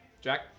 Jack